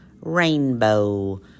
rainbow